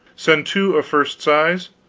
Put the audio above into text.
send two of first size,